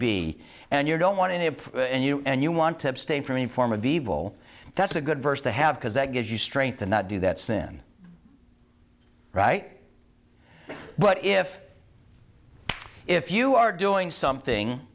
be and you don't want any of it and you and you want to abstain from any form of evil that's a good verse to have because that gives you strength to not do that sin right but if if you are doing something